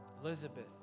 Elizabeth